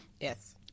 Yes